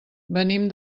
venim